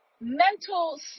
mental